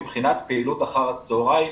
מבחינת פעילות אחר הצהריים,